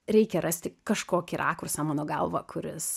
reikia rasti kažkokį rakursą mano galva kuris